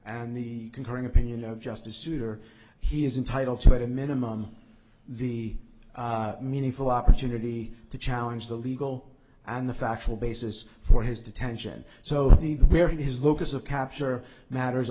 and the concurring opinion of justice souter he is entitled to a minimum the meaningful opportunity to challenge the legal and the factual basis for his detention so the where his locus of capture matters